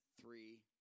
three